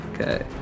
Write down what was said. okay